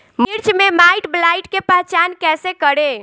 मिर्च मे माईटब्लाइट के पहचान कैसे करे?